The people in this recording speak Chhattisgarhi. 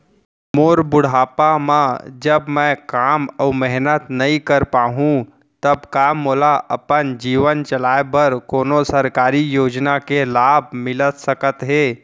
मोर बुढ़ापा मा जब मैं काम अऊ मेहनत नई कर पाहू तब का मोला अपन जीवन चलाए बर कोनो सरकारी योजना के लाभ मिलिस सकत हे?